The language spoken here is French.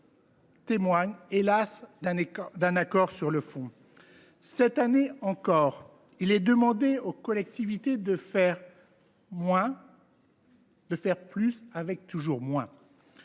témoigne, hélas ! d’un accord sur le fond. Cette année encore, il est demandé aux collectivités de faire toujours plus avec toujours moins.